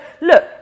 look